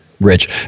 Rich